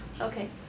Okay